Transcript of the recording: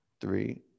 three